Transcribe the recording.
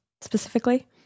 specifically